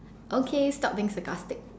okay stop being sarcastic